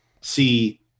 see